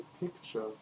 picture